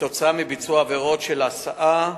כתוצאה מביצוע עבירות של הסעה,